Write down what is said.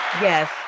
Yes